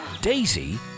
Daisy